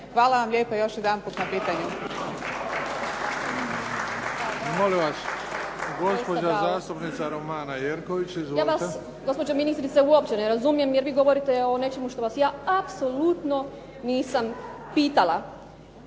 Hvala vam lijepo još jedanput na pitanju.